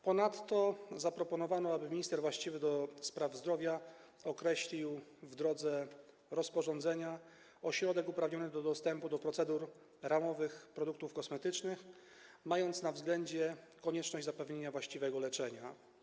Ponadto zaproponowano, aby minister właściwy do spraw zdrowia określił w drodze rozporządzenia ośrodek uprawniony do dostępu do receptur ramowych produktów kosmetycznych, mając na względzie konieczność zapewnienia właściwego leczenia.